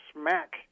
smack